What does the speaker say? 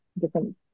different